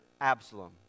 Absalom